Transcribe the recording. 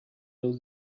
los